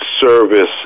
service